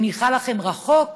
זה נראה לכם רחוק,